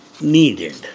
needed